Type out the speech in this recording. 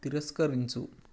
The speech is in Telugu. తిరస్కరించు